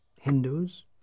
Hindus